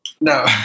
No